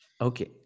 Okay